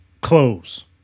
Close